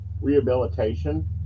rehabilitation